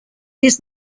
his